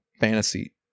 Fantasy